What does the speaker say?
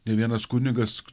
ne vienas kunigas